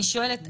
אני שואלת,